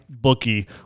Bookie